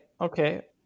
okay